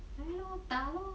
来 lor 打 lor